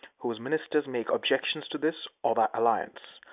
whose ministers make objections to this or that alliance,